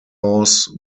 laws